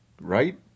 right